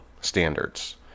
standards